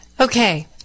Okay